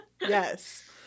Yes